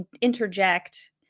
interject